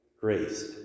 graced